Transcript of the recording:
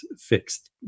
fixed